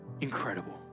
incredible